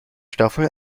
staffel